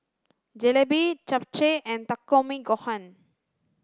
Jalebi Japchae and Takikomi Gohan